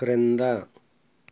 క్రింద